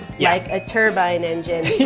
like a turbine engine. yes.